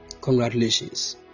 congratulations